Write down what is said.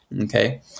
Okay